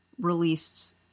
released